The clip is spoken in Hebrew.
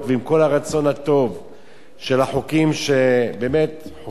של החוקים שבאמת חוקקו פה חברי הכנסת לרוב,